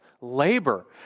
labor